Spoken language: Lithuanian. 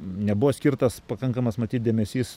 nebuvo skirtas pakankamas matyt dėmesys